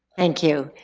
thank you.